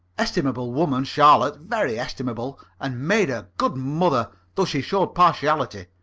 estimable woman, charlotte, very estimable, and made a good mother, though she showed partiality.